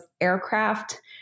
aircraft